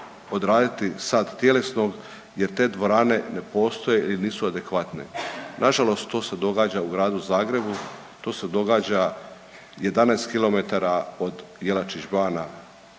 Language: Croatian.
odraditi sat tjelesnog jer te dvorane ne postoje ili nisu adekvatne. Nažalost to se događa u Gradu Zagrebu, to se događa 11 km od Jelačić bana